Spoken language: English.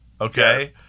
Okay